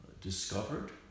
discovered